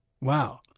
Wow